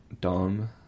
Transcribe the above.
dumb